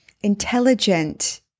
intelligent